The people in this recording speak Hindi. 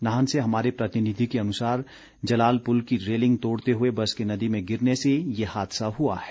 नाहन से हमारे प्रतिनिधि के अनुसार जलाल पुल की रेलिंग तोड़ते हुए बस के नदी में गिरने से ये हादसा हुआ है